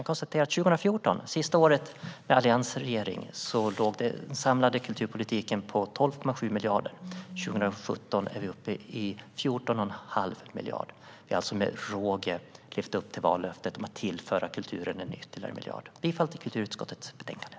Jag konstaterar att 2014, det sista året med alliansregeringen, låg den samlade kulturpolitiken på 12,7 miljarder, medan vi för 2017 är uppe i 14 1⁄2 miljard. Vi har alltså med råge levt upp vill vallöftet att tillföra kulturen ytterligare 1 miljard. Jag yrkar bifall till kulturutskottets förslag i betänkandet.